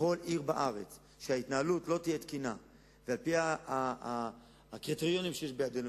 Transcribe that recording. בכל עיר בארץ שבה ההתנהלות לא תהיה תקינה על-פי הקריטריונים שיש בידנו,